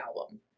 album